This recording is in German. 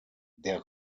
der